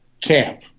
camp